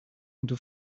into